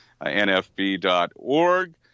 nfb.org